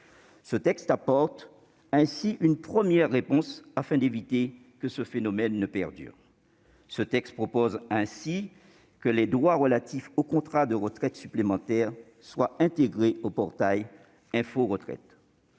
texte apporte une première réponse, afin d'éviter que ce phénomène ne perdure. Il prévoit ainsi que les droits relatifs aux contrats de retraite supplémentaire soient mentionnés sur le portail Info Retraite,